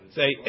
say